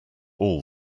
all